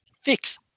fix